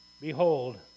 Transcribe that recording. Behold